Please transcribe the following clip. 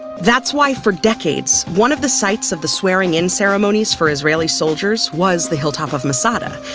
that's why for decades one of the sights of the swearing in ceremonies for israeli soldiers was the hilltop of masada.